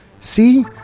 See